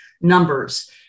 numbers